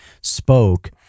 spoke